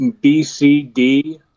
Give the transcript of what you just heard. B-C-D